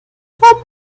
vom